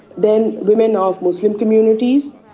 then women ah of muslim communities,